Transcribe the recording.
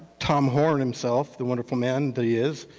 tom horne himself, the wonderful man that he is,